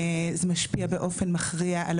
זה משפיע באופן מכריע על